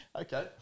Okay